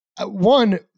One